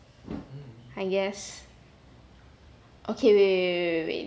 I guess okay wait wait wait wait wait